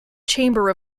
chamber